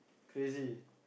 crazy